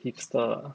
hipster